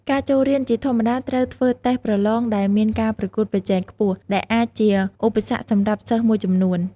ការចូលរៀនជាធម្មតាត្រូវធ្វើតេស្តប្រឡងដែលមានការប្រកួតប្រជែងខ្ពស់ ដែលអាចជាឧបសគ្គសម្រាប់សិស្សមួយចំនួន។